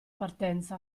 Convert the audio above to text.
partenza